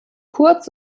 kurz